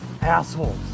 Assholes